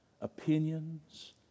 opinions